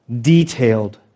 detailed